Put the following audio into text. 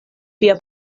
via